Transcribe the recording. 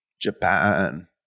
Japan